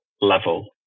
level